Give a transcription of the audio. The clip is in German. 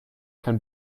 kein